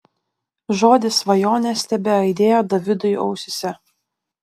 žodis svajonės tebeaidėjo davidui ausyse